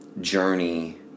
journey